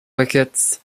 wickets